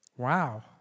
Wow